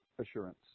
Assurance